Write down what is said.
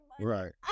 Right